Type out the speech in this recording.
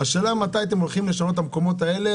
השאלה מתי אתם הולכים לשנות את המקומות האלה.